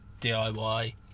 DIY